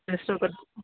just ఒక